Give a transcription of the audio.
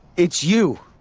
it's you.